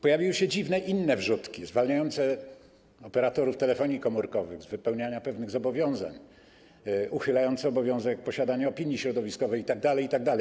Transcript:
Pojawiły się dziwne inne wrzutki zwalniające operatorów telefonii komórkowych z wypełniania pewnych zobowiązań, uchylające obowiązek posiadania opinii środowiskowej itd., itd.